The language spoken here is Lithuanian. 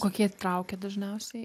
kokie traukia dažniausiai